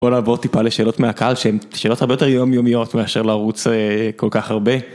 בוא נעבור טיפה לשאלות מהקהל שהן שאלות הרבה יותר יומיומיות מאשר לרוץ כל כך הרבה.